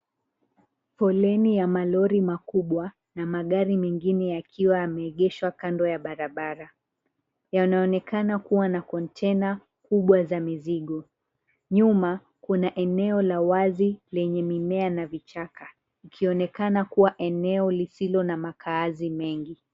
Foleni ya malori makubwa kubwa na magari mengine yakiwa yameegeshwa kando ya barabara, yanaonekana kuwa na kontena kubwa za mizigo. Nyuma kuna eneo la wazi lenye mimea na vichaka, ikionekana kuwa eneo lisilo na makaazi mengi.